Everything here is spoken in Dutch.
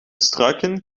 struiken